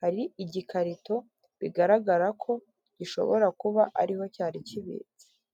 hari igikarito bigaragara ko gishobora kuba ariho cyari kibitse.